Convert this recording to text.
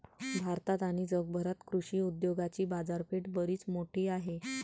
भारतात आणि जगभरात कृषी उद्योगाची बाजारपेठ बरीच मोठी आहे